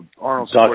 Arnold